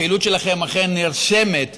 הפעילות שלכם אכן נרשמת